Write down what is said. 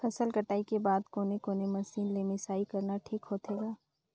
फसल कटाई के बाद कोने कोने मशीन ले मिसाई करना ठीक होथे ग?